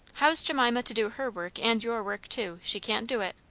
how's jemima to do her work and your work too? she can't do it.